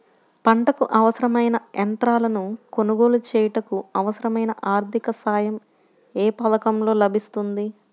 పంటకు అవసరమైన యంత్రాలను కొనగోలు చేయుటకు, అవసరమైన ఆర్థిక సాయం యే పథకంలో లభిస్తుంది?